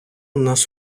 нас